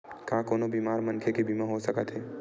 का कोनो बीमार मनखे के बीमा हो सकत हे?